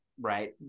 right